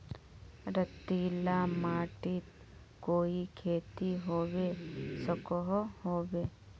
रेतीला माटित कोई खेती होबे सकोहो होबे?